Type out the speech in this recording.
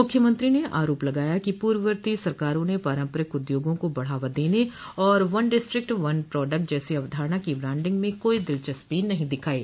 मुख्यमंत्री ने आरोप लगाया कि पूर्ववर्ती सरकारों ने पारंपरिक उद्योगों को बढ़ावा देने और वन डिस्ट्रिक्ट वन प्रोडक्ट जैसी अवधारणा की ब्रांडिंग में कोई दिलचस्पी नहीं दिखायी